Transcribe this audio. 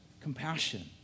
compassion